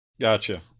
Gotcha